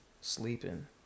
Sleeping